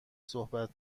صحبت